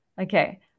Okay